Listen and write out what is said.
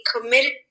committed